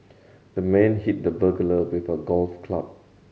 the man hit the burglar with a golf club